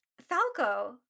Falco